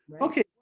okay